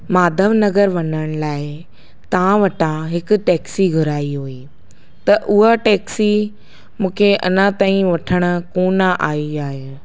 माधव नगर वञण लाइ तव्हां वटां हिकु टेक्सी घुराई हुई त उहा टेक्सी मूंखे अञा ताईं वठणु कोन आई आहे